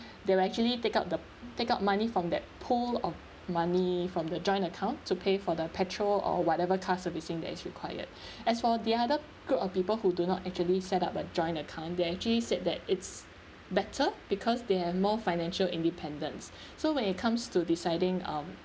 they will actually take out the take out money from that pool of money from the joint account to pay for the petrol or whatever car servicing that is required as for the other group of people who do not actually set up a joint account they actually said that it's better because they have more financial independence so when it comes to deciding um